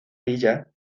villa